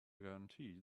guarantee